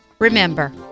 Remember